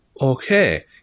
Okay